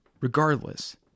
Regardless